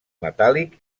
metàl·lic